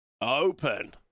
open